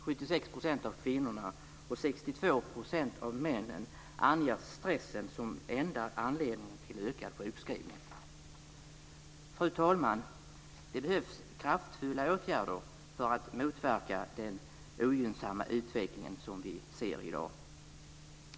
76 % av kvinnorna och 62 % av männen anger stressen som enda anledning till ökad sjukskrivning. Fru talman! Det behövs kraftfulla åtgärder för att motverka den ogynnsamma utveckling som vi ser i dag.